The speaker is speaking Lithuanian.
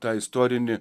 tą istorinį